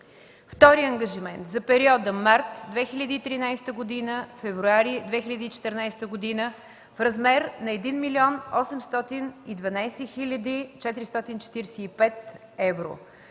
втори ангажимент (за периода март 2013 г.-февруари 2014 г.) в размер на 1 млн. 812 хил. 445 евро